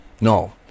No